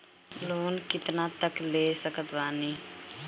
Loan कितना तक ले सकत बानी?